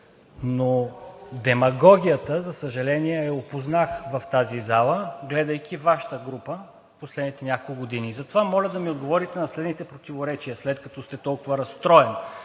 но демагогията, за съжаление, я опознах в тази зала, гледайки Вашата група през последните няколко години. Затова моля да ми отговорите на следните противоречия, след като сте толкова разстроен